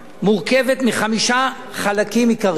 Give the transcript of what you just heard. מורכבת מחמישה חלקים עיקריים.